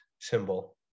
symbol